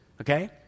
Okay